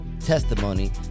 Testimony